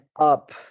up